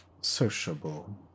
sociable